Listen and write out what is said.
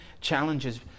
challenges